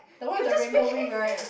the one with the rainbow ring right